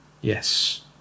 Yes